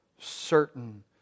certain